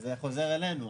אז זה חוזר אלינו,